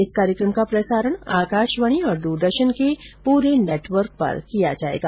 इस कार्यक्रम का प्रसारण आकाशवाणी और दूरदर्शन के समूचे नेटवर्क पर किया जाएगा